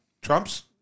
Trump's